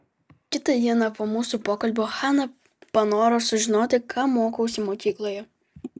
kitą dieną po mūsų pokalbio hana panoro sužinoti ką mokausi mokykloje